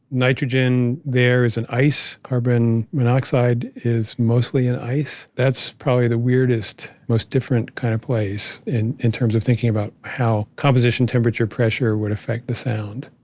nitrogen there is an ice. carbon monoxide is mostly an ice. that's probably the weirdest, most different kind of place in in terms of thinking about how composition, temperature, pressure would affect the sound